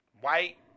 white